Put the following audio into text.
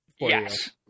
yes